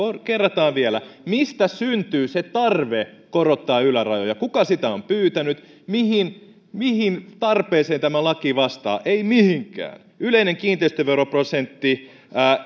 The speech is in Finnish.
kerrataan vielä mistä syntyy se tarve korottaa ylärajoja kuka sitä on pyytänyt mihin mihin tarpeeseen tämä laki vastaa ei mihinkään yleinen kiinteistöveroprosentti